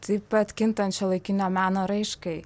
taip pat kintant šiuolaikinio meno raiškai